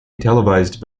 televised